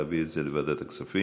להעביר את זה לוועדת הכספים.